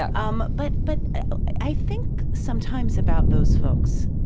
um but but i think sometimes about those folks,